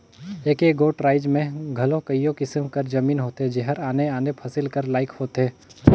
एके गोट राएज में घलो कइयो किसिम कर जमीन होथे जेहर आने आने फसिल कर लाइक होथे